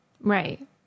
Right